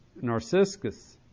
Narcissus